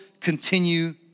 continue